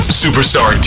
superstar